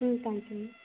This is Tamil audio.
ம் தேங்க்ஸுங்க